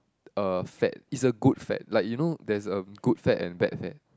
uh fat is a good fat like you know there's um good fat and bad fat